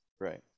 Right